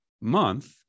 month